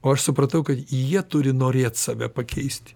o aš supratau kad jie turi norėti save pakeisti